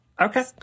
Okay